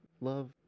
love